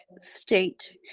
state